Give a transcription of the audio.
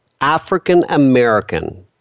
African-American